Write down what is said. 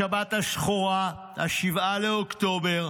השבת השחורה, 7 באוקטובר,